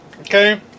Okay